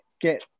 get